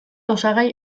osagai